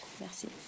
Merci